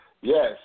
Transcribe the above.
Yes